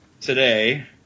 today